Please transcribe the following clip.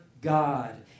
God